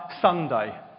Sunday